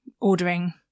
ordering